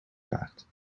paard